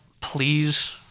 please